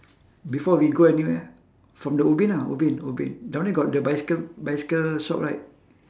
before we go anywhere from the ubin ah ubin ubin down there got the bicycle bicycle shop right